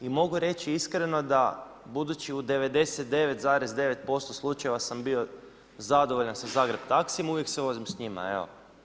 I mogu reći iskreno da, budući da u 99,9% slučajeva sam bio zadovoljan sa Zagreb taksijem, uvijek se vozim s njima evo.